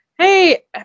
hey